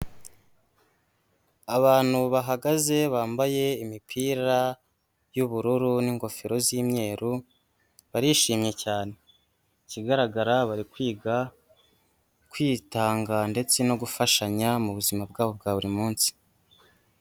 Abantu bahagaze bambaye imipira y'ubururu n'ingofero z'imweru barishimye cyane, ikigaragara bari kwiga kwitanga ndetse no gufashanya mu buzima bwa bo bwa buri munsi.